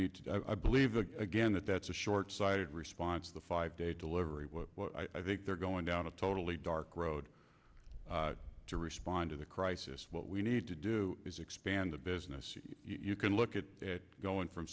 need to do i believe again that that's a short sighted response to the five day delivery i think they're going down a totally dark road to respond to the crisis what we need to do is expand the business you can look at it going from